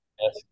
Yes